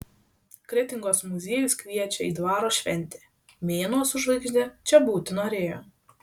kretingos muziejus kviečia į dvaro šventę mėnuo su žvaigžde čia būti norėjo